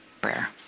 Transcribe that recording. prayer